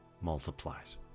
multiplies